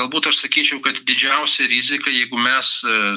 galbūt aš sakyčiau kad didžiausia rizika jeigu mes